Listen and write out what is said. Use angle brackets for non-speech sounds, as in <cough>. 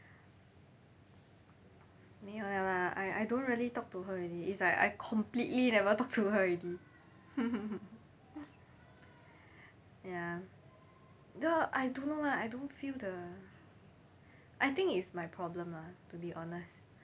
没有 liao lah I I don't really talk to her already it's like I completely never talk to her already <laughs> ya no I don't know lah I don't feel the I think it's my problem lah to be honest